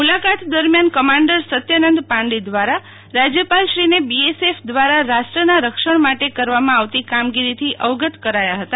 મુલાકાત દરમ્યાન કમાન્ડર સત્યનંદ પાંડે દવારા રાજયપાલને શ્રીન બોએસએફ દવારા રાષ્ટ્રના રક્ષણ માટે કરવા માં આવતી કામગીરીથી અવગત કરાવ્યા હતા